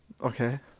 Okay